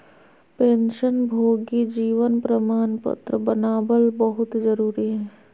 पेंशनभोगी जीवन प्रमाण पत्र बनाबल बहुत जरुरी हइ